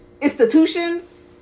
institutions